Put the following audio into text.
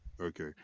Okay